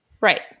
Right